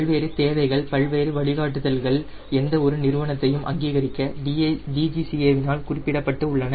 பல்வேறு தேவைகள் பல்வேறு வழிகாட்டுதல்கள் எந்த ஒரு நிறுவனத்தையும் அங்கீகரிக்க DGCA வினால் குறிப்பிடப்பட்டு உள்ளன